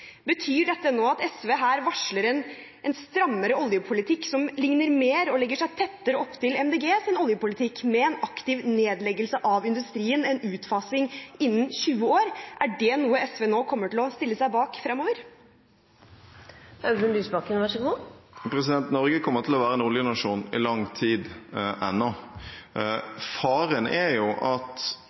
Betyr dette nå at SV her varsler en strammere oljepolitikk som ligner mer på og legger seg tettere opp til Miljøpartiet De Grønnes oljepolitikk, med en aktiv nedleggelse av industrien, en utfasing, innen 20 år? Er det noe SV kommer til å stille seg bak fremover? Norge kommer til å være en oljenasjon i lang tid ennå. Faren er jo at